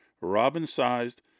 robin-sized